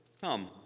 come